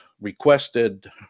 requested